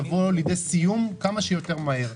שהדבר הזה יבוא לידי סיום כמה שיותר מהר.